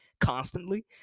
constantly